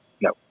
No